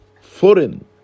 foreign